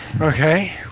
Okay